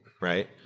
right